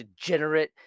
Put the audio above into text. degenerate